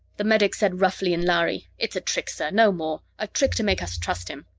the medic said roughly in lhari, it's a trick, sir, no more. a trick to make us trust him!